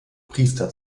priester